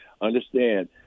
Understand